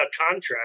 contract